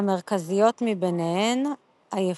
המרכזיות מביניהן עייפות,